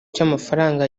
cy’amafaranga